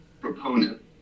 proponent